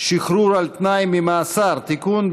שחרור על תנאי ממאסר (תיקון,